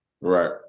Right